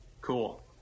Cool